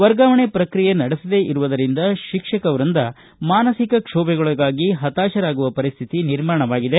ವರ್ಗಾವಣೆ ಪ್ರಕ್ರಿಯೆ ನಡೆಸದೇ ಇರುವುದರಿಂದ ಶಿಕ್ಷಕ ವೃಂದ ಮಾನಸಿಕ ಕ್ಷೋಭೆಗೊಳಗಾಗಿ ಹತಾಶರಾಗುವ ಪರಿಸ್ತಿತಿ ನಿರ್ಮಾಣವಾಗಿದೆ